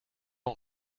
een